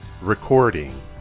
recording